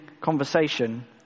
conversation